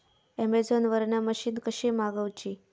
Amazon वरन machine कशी मागवची?